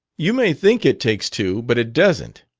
you may think it takes two, but it doesn't.